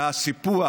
והסיפוח,